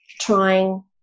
trying